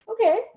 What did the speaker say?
Okay